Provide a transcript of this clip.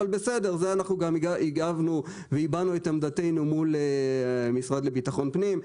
אבל בסדר לזה אנחנו גם הגבנו והבענו את עמדתנו מול המשרד לביטחון פנים.